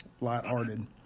lighthearted